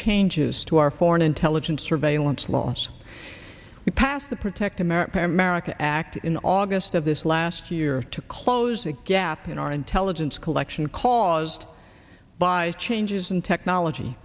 changes to our foreign intelligence surveillance laws we passed the protect america pair merica act in august of this last year to close a gap in our intelligence collection caused by changes in technology